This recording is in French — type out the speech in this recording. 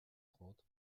trente